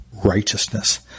righteousness